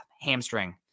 hamstring